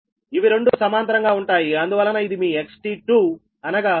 ఇవి రెండూ సమాంతరంగా ఉంటాయి అందువలన ఇది మీ XT2 అనగా j0